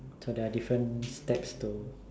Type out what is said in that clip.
so there are different steps to